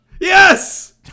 Yes